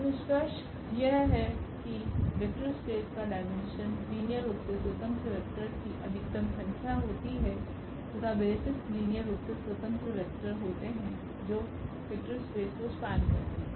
तो निष्कर्ष यह है की वेक्टर स्पेस का डायमेंशन लीनियर रूप से स्वतंत्र वेक्टोर्स की अधिकतम संख्या होती है तथा बेसिस लीनियर रूप से स्वतंत्र वेक्टर होते है जो वेक्टर स्पेस को स्पान करते है